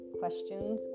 questions